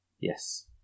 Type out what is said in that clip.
Yes